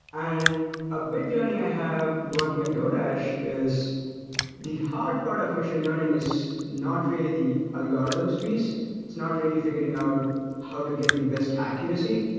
and a big learning i have working at godash is the hard part of machine learning is not really the algorithms piece. it's not really figuring out how to get the best accuracy,